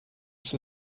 ist